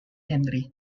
henry